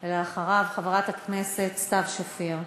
אחריו, חברת הכנסת סתיו שפיר.